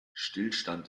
stillstand